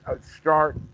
start